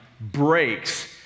breaks